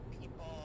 people